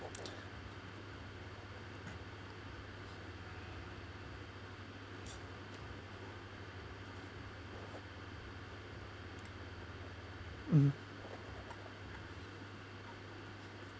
mm